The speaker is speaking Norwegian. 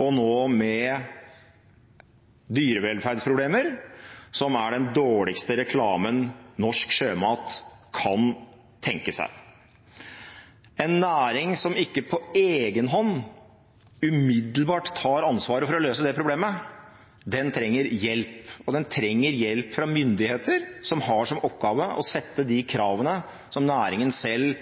og nå med dyrevelferdsproblemer, som er den dårligste reklamen norsk sjømat kan tenke seg. En næring som ikke på egen hånd umiddelbart tar ansvaret for å løse det problemet, trenger hjelp, og den trenger hjelp fra myndigheter som har som oppgave å sette de kravene som næringen selv